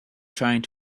trying